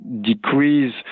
decrease